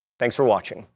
thanks for watching.